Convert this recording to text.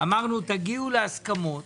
אמרנו שיגיעו להסכמות